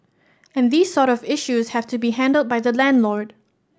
and these sort of issues have to be handled by the landlord